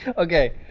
okay